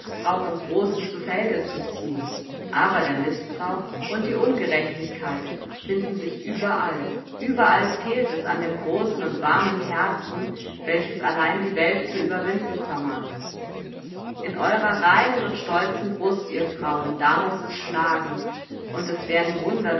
mißbrauch im großen zu felde zu ziehen aber der mißbrauch und die ungerechtigkeit finden sich überall überall fehlt es an dem großen und warmen herzen welches allein die welt zu überwinden vermag in eurer reinen und stolzen brust ihr frauen da muß es schlagen und es werden wunder